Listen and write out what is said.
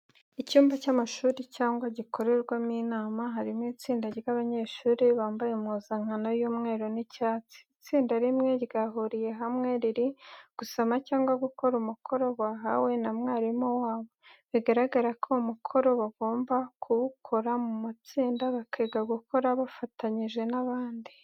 Icyumba cy'amashuri cyangwa gikorerwamo inama, harimo itsinda ry'abanyeshuri bambaye impuzankano y'umweru n'icyatsi. Itsinda rimwe ryahuriye hamwe riri gusoma cyangwa gukora umukoro bahawe na mwarimu wabo, bigaragara ko uwo mukoro bagomba ku wukora mu matsinda, bakiga gukora bafatanyije n'abandi.